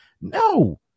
No